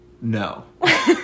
No